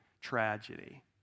tragedy